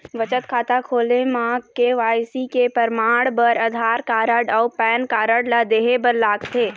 बचत खाता खोले म के.वाइ.सी के परमाण बर आधार कार्ड अउ पैन कार्ड ला देहे बर लागथे